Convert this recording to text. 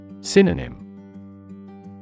Synonym